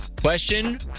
Question